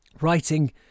writing